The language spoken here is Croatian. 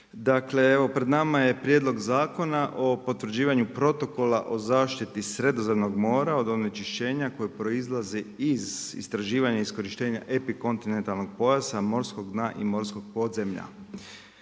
pred nama je prijedlog zakona o potvrđivanju protokola o zaštiti Sredozemnog mora od nečišćena koje proizlaze iz proizlaze iz istraživanja, iskorištenja epikontinentalnog pojasa, morskog dna i morskog podzemlja.